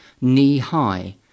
knee-high